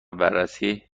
بررسی